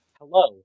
Hello